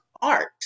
art